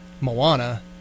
Moana